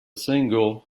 single